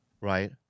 right